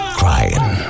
crying